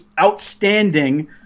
outstanding